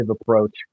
approach